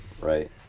right